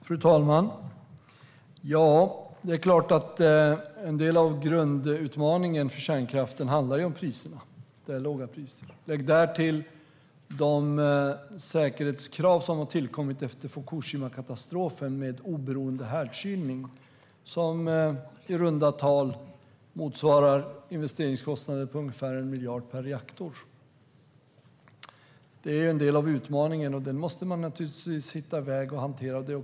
Fru talman! Det är klart att en del av grundutmaningen för kärnkraften handlar om de låga priserna. Lägg därtill de säkerhetskrav som har tillkommit efter Fukushimakatastrofen, med oberoende härdkylning, som i runda tal motsvarar investeringskostnader på ungefär 1 miljard per reaktor. Det är en del av utmaningen, och den måste man hitta en väg att hantera.